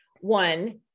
One